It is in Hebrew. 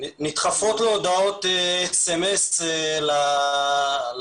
נדחפות הודעות SMS לפלאפון.